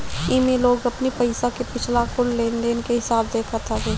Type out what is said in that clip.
एमे लोग अपनी पईसा के पिछला कुछ लेनदेन के हिसाब देखत हवे